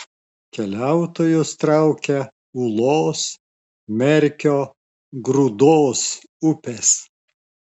keliautojus traukia ūlos merkio grūdos upės